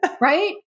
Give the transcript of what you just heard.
Right